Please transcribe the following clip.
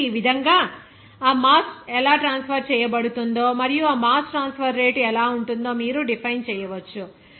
కాబట్టి ఈ విధంగా ఆ మాస్ ఎలా ట్రాన్స్ఫర్ చేయబడుతుందో మరియు ఆ మాస్ ట్రాన్స్ఫర్ రేటు ఎలా ఉంటుందో మీరు డిఫైన్ చేయవచ్చు